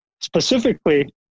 Specifically